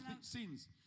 sins